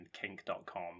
kink.com